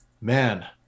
Man